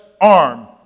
arm